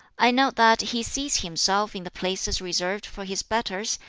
i note that he seats himself in the places reserved for his betters,